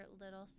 little